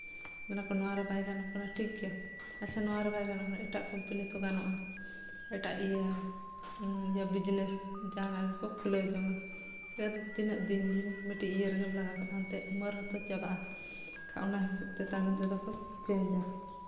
ᱢᱮᱱᱟᱠᱚ ᱱᱚᱣᱟᱨᱮ ᱵᱟᱭ ᱜᱟᱱᱚᱜ ᱠᱟᱱᱟ ᱴᱷᱤᱠ ᱜᱮᱭᱟ ᱟᱪᱪᱷᱟ ᱱᱚᱣᱟᱨᱮ ᱵᱟᱭ ᱜᱟᱱᱚᱜ ᱠᱟᱱᱟ ᱮᱴᱟᱜ ᱠᱳᱢᱯᱟᱱᱤ ᱛᱚ ᱜᱟᱱᱚᱜᱼᱟ ᱮᱴᱟᱜ ᱤᱭᱟᱹ ᱵᱤᱡᱽᱱᱮᱥ ᱡᱟᱦᱟᱱᱟᱜ ᱜᱮᱠᱚ ᱠᱷᱩᱞᱟᱹᱣ ᱡᱚᱝᱟ ᱟᱨ ᱛᱤᱱᱟᱹᱜ ᱫᱤᱱ ᱫᱤᱱ ᱢᱤᱫᱴᱤᱡ ᱤᱭᱟᱹ ᱨᱮᱜᱮᱢ ᱞᱟᱜᱟᱣ ᱠᱚᱜᱼᱟ ᱮᱱᱛᱮᱫ ᱩᱢᱟᱹᱨ ᱦᱚᱛᱚ ᱪᱟᱵᱟᱜᱼᱟ ᱮᱱᱠᱷᱟᱡ ᱚᱱᱟ ᱦᱤᱥᱟᱹᱵᱽᱛᱮ ᱛᱟᱭᱱᱚᱢ ᱛᱮᱫᱚ ᱠᱚ ᱪᱮᱧᱡᱽᱼᱟ